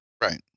Right